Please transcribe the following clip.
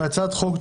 בוקר טוב.